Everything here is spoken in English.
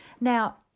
Now